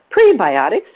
prebiotics